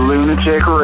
Lunatic